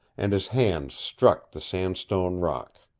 and his hands struck the sandstone rock.